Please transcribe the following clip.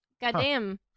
Goddamn